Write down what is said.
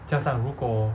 加上如果